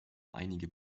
einige